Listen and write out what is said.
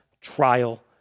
trial